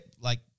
like-